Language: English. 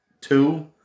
Two